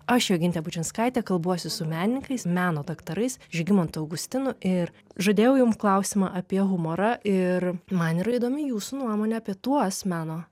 aš jogintė bučinskaitė kalbuosi su menininkais meno daktarais žygimantu augustinu ir žadėjau jums klausimą apie humorą ir man yra įdomi jūsų nuomonė apie tuos meno